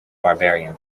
barbarian